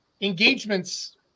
engagements